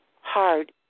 hard